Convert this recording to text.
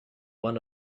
one